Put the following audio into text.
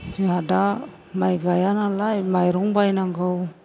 जोंहा दा माइ गायआ नालाय माइरं बायनांगौ